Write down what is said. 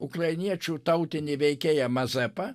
ukrainiečių tautinį veikėją mazepą